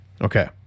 Okay